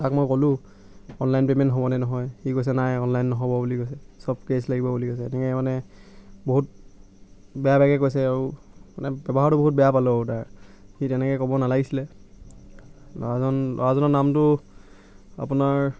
তাক মই ক'লোঁ অনলাইন পে'মেণ্ট হ'ব নে নহয় সি কৈছে নাই অনলাইন নহ'ব বুলি কৈছে চব কেছ লাগিব বুলি কৈছে তেনেকৈ মানে বহুত বেয়া বেয়াকৈ কৈছে আৰু মানে ব্যৱহাৰটো বহুত বেয়া পালোঁ তাৰ সি তেনেকৈ ক'ব নালাগিছিলে ল'ৰাজন ল'ৰাজনৰ নামটো আপোনাৰ